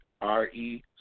R-E